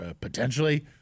potentially